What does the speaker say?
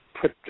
put